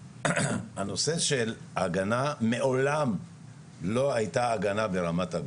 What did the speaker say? הנושא של הגנה מעולם לא היתה הגנה ברמת האגודה.